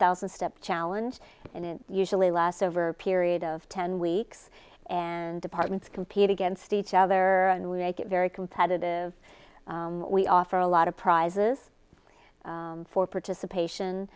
thousand steps challenge and it usually lasts over a period of ten weeks and departments compete against each other and we make it very competitive we offer a lot of prizes for participation